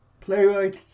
playwright